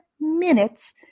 minutes